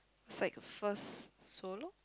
it's like a first solo